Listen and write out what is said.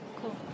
cool